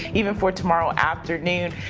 even for tomorrow afternoon.